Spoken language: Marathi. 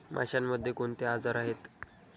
माशांमध्ये कोणते आजार आहेत?